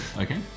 Okay